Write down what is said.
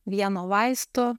vieno vaisto